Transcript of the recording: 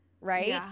right